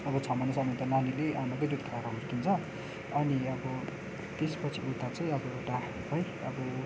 अब छ महिनासम्म त नानीले अब आमाकै दुध खाएर हुर्किन्छ अनि अब त्यसपछि उता चाहिँ अब एउटा है अब